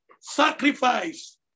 Sacrifice